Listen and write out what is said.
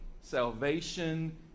salvation